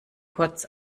kurz